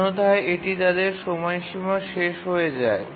অন্যথায় এটি তাদের সময়সীমা শেষ হয়ে যায়